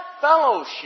fellowship